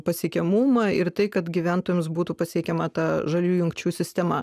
pasiekiamumą ir tai kad gyventojams būtų pasiekiama ta žaliųjų jungčių sistema